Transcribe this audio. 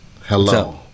Hello